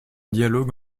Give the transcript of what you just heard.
dialogue